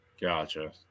Gotcha